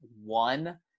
one